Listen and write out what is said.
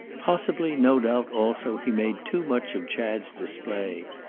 possibly, no doubt, also, he made too much of chad's display.